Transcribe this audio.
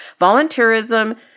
Volunteerism